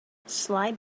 slide